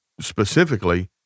specifically